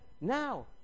now